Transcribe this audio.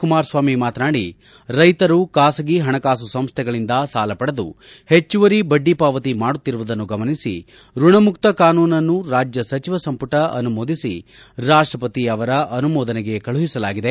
ಕುಮಾರಸ್ವಾಮಿ ಮಾತನಾದಿ ರೈತರು ಖಾಸಗಿ ಹಣಕಾಸು ಸಂಸ್ದೆಗಳಿಂದ ಸಾಲ ಪಡೆದು ಹೆಚ್ಚುವರಿ ಬದ್ದಿ ಪಾವತಿ ಮಾಡುತ್ತಿರುವುದನ್ನು ಗಮನಿಸಿ ಋಣಮುಕ್ತ ಕಾನೂನನ್ನು ರಾಜ್ಯ ಸಚಿವ ಸಂಪುಟ ಅನುಮೋದಿಸಿ ರಾಷ್ಟ ಪತಿ ಅವರ ಅನುಮೋದನೆಗೆ ಕಳುಹಿಸಲಾಗಿದೆ